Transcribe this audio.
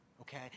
okay